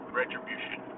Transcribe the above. retribution